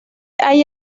hay